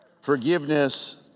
Forgiveness